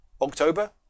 October